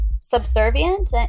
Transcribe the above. subservient